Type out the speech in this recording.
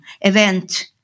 event